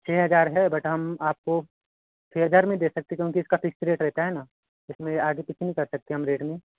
छः हज़ार है बट हम आपको छः हज़ार नहीं दे सकते हैं क्योंकि कि इसका फ़िक्स रेट रहता है ना इसमें आगे पीछे नहीं कर सकते हम रेट में